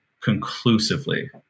conclusively